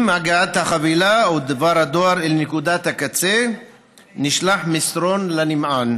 עם הגעת החבילה או דבר הדואר אל נקודת הקצה נשלח מסרון לנמען,